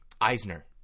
Eisner